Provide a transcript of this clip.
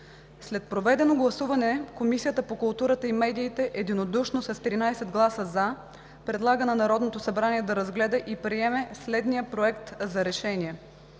След проведено гласуване Комисията по културата и медиите единодушно с 13 гласа „за“ предлага на Народното събрание да разгледа и приеме следния „Проект! РЕШЕНИЕ